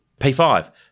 P5